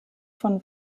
von